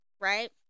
right